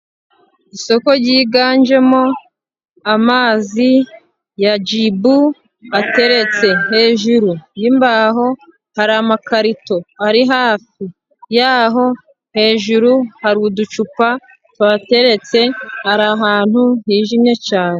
Isoko ryiganjemo amazi ya jibu ateretse hejuru yimbaho, hari amakarito ari hafi y' aho hejuru hari uducupa tuhateretse, hari ahantu hijimye cyane.